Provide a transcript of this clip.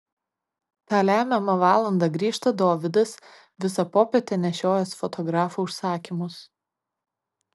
tą lemiamą valandą grįžta dovydas visą popietę nešiojęs fotografo užsakymus